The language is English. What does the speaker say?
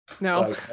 No